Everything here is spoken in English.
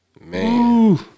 Man